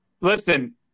Listen